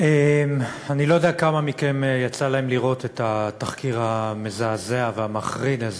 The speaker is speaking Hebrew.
אני לא יודע לכמה מכם יצא לראות את התחקיר המזעזע והמחריד הזה,